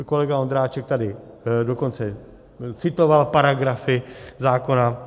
Kolega Ondráček tady dokonce citoval paragrafy zákona.